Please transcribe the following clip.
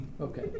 Okay